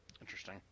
Interesting